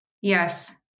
Yes